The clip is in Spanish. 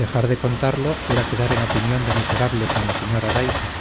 dejar de contarlo era quedar en opinión de miserable con la señora daifa